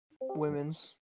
Women's